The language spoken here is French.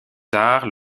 tard